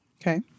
Okay